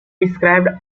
described